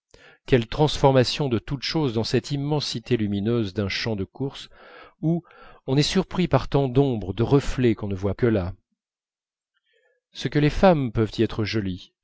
quelle transformation de toutes choses dans cette immensité lumineuse d'un champ de courses où on est surpris par tant d'ombres de reflets qu'on ne voit que là ce que les femmes peuvent y être jolies